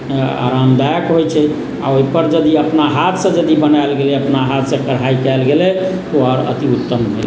आरामदायक होइत छै आ ओहि पर यदि अपना हाथसँ यदि बनाओल गेलै अपना हाथसँ कढ़ाइ कयल गेलै तऽ ओ आर अतिउत्तम भेलै